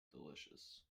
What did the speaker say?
delicious